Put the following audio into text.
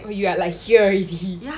you are like here already